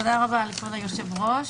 תודה רבה לכבוד היושב-ראש.